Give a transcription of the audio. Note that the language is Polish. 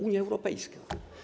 Unia Europejska.